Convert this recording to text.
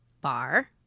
bar